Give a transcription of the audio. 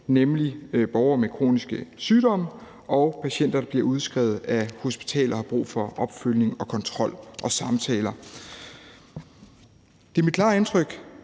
nemlig borgere med kroniske sygdomme og patienter, der bliver udskrevet fra hospitaler, og som har brug for opfølgning og kontrol og samtaler. Det er mit klare indtryk,